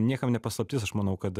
niekam ne paslaptis aš manau kad